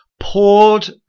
poured